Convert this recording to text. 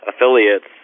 affiliates